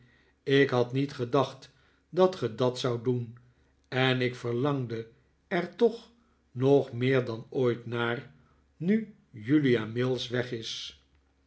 ik had niet gedacht dat ge dat zoudt doen en ik verlangde er toch nog meer dan ooit naar nu julia mills weg is